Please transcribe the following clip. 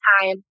time